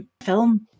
film